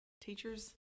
Teachers